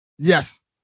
Yes